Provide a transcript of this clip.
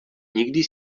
nikdy